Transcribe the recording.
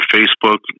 Facebook